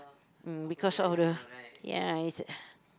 uh because all the ya it's